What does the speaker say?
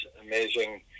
amazing